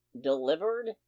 delivered